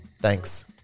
Thanks